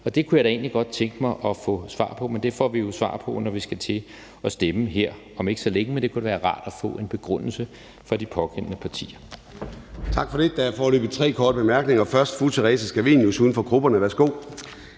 og det kunne jeg da egentlig godt tænke mig at få svar på, men det svar får vi jo, når vi skal til at stemme her om ikke så længe, men det kunne da være rart at få en begrundelse fra de pågældende partier.